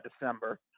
December